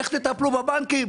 איך תטפלו בבנקים?